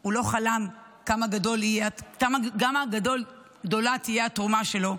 הוא לא חלם כמה גדולה תהיה התרומה שלו,